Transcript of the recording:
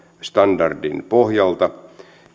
standardin pohjalta